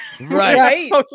right